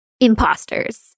imposters